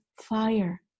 fire